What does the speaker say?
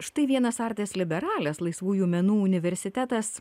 štai vienas artes liberales laisvųjų menų universitetas